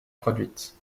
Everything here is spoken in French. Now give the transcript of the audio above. produite